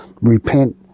repent